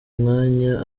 mwanya